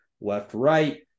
left-right